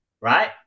right